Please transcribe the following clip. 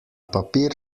papir